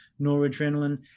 noradrenaline